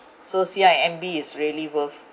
so C_I_M_B is really worth